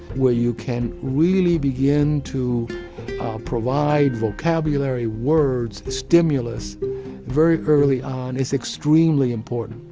where you can really begin to provide vocabulary words, stimulus very early on, is extremely important.